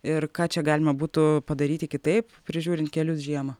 ir ką čia galima būtų padaryti kitaip prižiūrint kelius žiemą